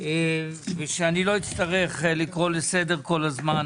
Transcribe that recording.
שאני לא אצטרך לקרוא לסדר כל הזמן,